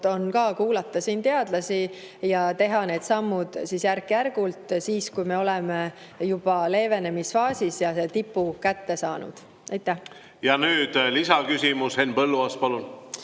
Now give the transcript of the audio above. on kuulata teadlasi ja teha need sammud järk-järgult siis, kui me oleme juba leevenemisfaasis ja tipu kätte saanud. Ja nüüd lisaküsimus. Henn Põlluaas, palun!